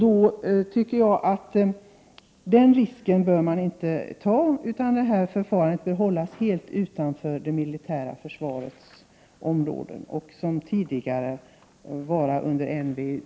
Vi bör inte ta den risken. Detta förfarande bör hållas helt utanför det militära försvarets område. Som tidigare nämnts bör det ligga under NVU.